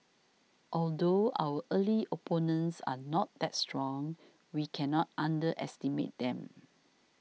although our early opponents are not that strong we cannot underestimate them